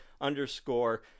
underscore